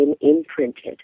imprinted